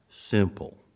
simple